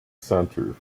center